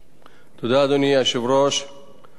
תודה, כבוד השרים, חברי חברי הכנסת,